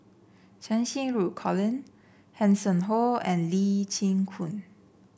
Cheng Xinru Colin Hanson Ho and Lee Chin Koon